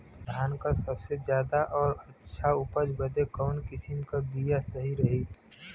धान क सबसे ज्यादा और अच्छा उपज बदे कवन किसीम क बिया सही रही?